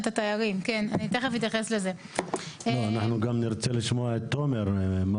תחנת רכבת בסגולה מאוד משמעותית הועברה ורכבות